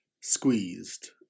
squeezed